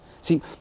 See